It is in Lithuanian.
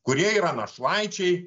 kurie yra našlaičiai